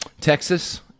Texas